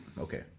Okay